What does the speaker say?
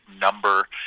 number